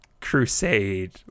crusade